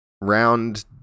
Round